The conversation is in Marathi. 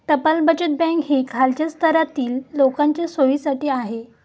टपाल बचत बँक ही खालच्या स्तरातील लोकांच्या सोयीसाठी आहे